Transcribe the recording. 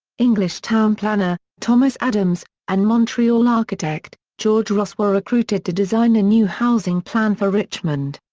english town planner, thomas adams, and montreal architect, george ross were recruited to design a new housing plan for richmond.